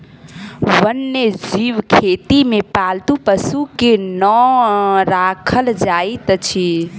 वन्य जीव खेती मे पालतू पशु के नै राखल जाइत छै